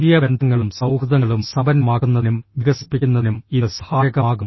പുതിയ ബന്ധങ്ങളും സൌഹൃദങ്ങളും സമ്പന്നമാക്കുന്നതിനും വികസിപ്പിക്കുന്നതിനും ഇത് സഹായകമാകും